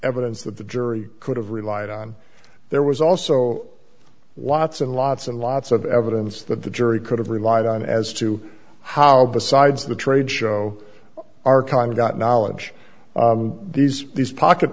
evidence that the jury could have relied on there was also lots and lots and lots of evidence that the jury could have relied on as to how besides the tradeshow are kind of got knowledge these these pocket